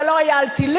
זה לא היה על טילים.